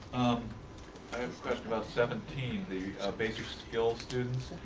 a question about seventeen, the basic skill students.